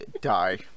Die